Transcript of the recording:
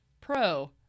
pro